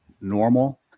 normal